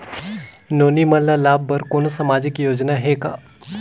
नोनी मन ल लाभ बर कोनो सामाजिक योजना हे का?